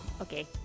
Okay